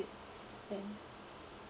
and